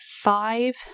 five